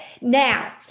Now